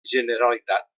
generalitat